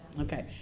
Okay